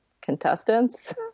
contestants